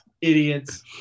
idiots